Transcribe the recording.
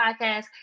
podcast